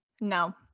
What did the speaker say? No